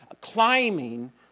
climbing